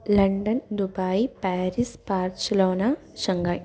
London Dubai Paris Barcelona Shanghai